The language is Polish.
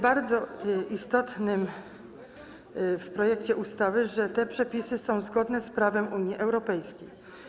Bardzo istotne w projekcie ustawy jest to, że te przepisy są zgodne z prawem Unii Europejskiej.